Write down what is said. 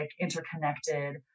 interconnected